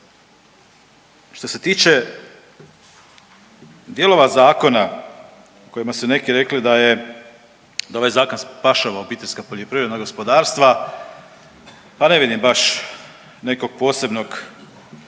Što se tiče dijelova zakona kojima su neki rekli da je, da ovaj zakon spašava obiteljska poljoprivredna gospodarstva pa ne vidim baš nekog posebnog članka